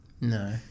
no